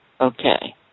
Okay